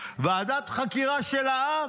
ועדת חקירה של העם.